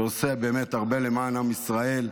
שעושה באמת הרבה למען עם ישראל,